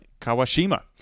Kawashima